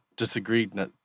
disagreed